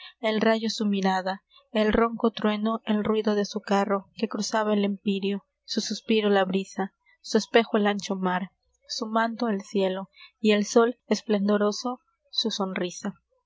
el rayo su mirada el ronco trueno el ruido de su carro que cruzaba el empíreo su suspiro la brisa su espejo el ancho mar su manto el cielo y el sol esplendoroso su sonrisa